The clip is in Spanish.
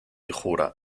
jura